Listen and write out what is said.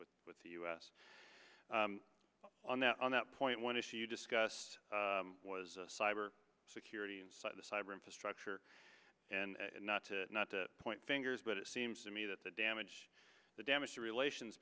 with the us on that on that point one issue you discuss was a cyber security inside the cyber infrastructure and not to not to point fingers but it seems to me that the damage the damage to relations